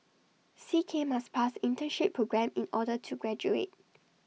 C K must pass internship programme in order to graduate